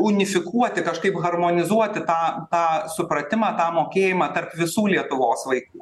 unifikuoti kažkaip harmonizuoti tą tą supratimą tą mokėjimą tarp visų lietuvos vaikų